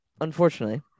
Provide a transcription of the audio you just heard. Unfortunately